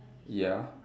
ya